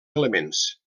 elements